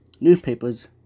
Newspapers